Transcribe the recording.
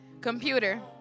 Computer